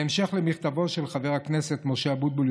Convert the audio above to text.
בהמשך למכתבו של חבר הכנסת משה אבוטבול,